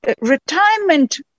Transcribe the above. retirement